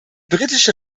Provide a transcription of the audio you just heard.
britische